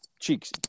cheeks